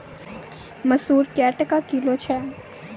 मसूर क्या टका किलो छ?